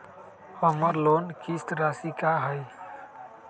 हमर लोन किस्त राशि का हई?